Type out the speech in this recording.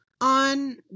on